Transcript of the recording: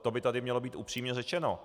To by tu mělo být upřímně řečeno.